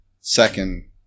second